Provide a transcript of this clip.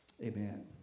amen